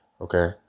okay